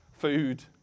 food